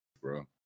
bro